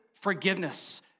forgiveness